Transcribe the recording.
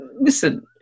listen